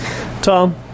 Tom